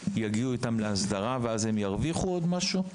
אז יגיעו איתם להסדרה ואז הם ירוויחו עוד משהו?